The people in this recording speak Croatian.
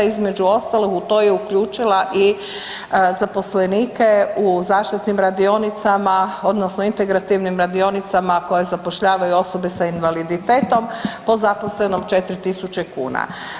Između ostalog u to je uključila i zaposlenike u zaštitnim radionicama odnosno integrativnim radionicama koje zapošljavaju osobe sa invaliditetom, po zaposlenom 4.000 kuna.